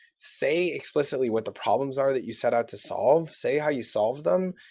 say explicitly what the problems are that you set out to solve. say how you solve them,